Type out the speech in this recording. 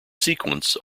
sequence